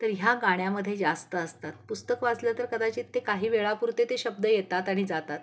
तर ह्या गाण्यामध्ये जास्त असतात पुस्तक वाचलं तर कदाचित ते काही वेळापुरते ते शब्द येतात आणि जातात